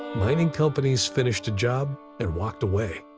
mining companies finished a job and walked away.